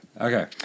Okay